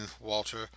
Walter